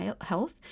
health